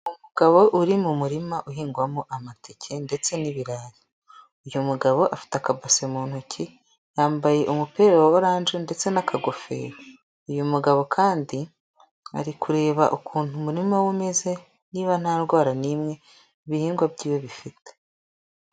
Umugabo uri mu murima uhingwamo amateke ndetse n'ibirayi. Uyu mugabo afite akabase mu ntoki, yambaye umupira wa oranje ndetse n'akagofero. Uyu mugabo kandi ari kureba ukuntu umurima we umeze niba nta ndwara n'imwe ibihingwa byiwe bifite.